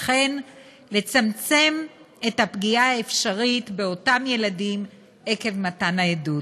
וכן לצמצם את הפגיעה האפשרית באותם ילדים עקב מתן העדות.